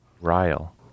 Ryle